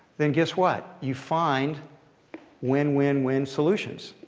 then guess what? you find win-win-win solutions.